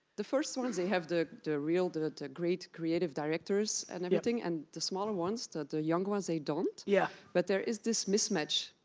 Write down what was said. the first ones, they have the, the real, the great creative directors and everything, and the smaller ones, the the young ones, they don't, yeah but there is this mismatch.